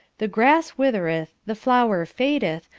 the grass withereth, the flower fadeth,